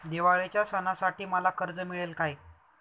दिवाळीच्या सणासाठी मला कर्ज मिळेल काय?